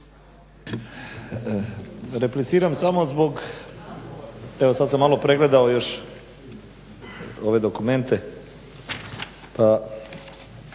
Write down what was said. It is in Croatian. Repliciram samo zbog, evo sad sam malo pregledao još ove dokumente,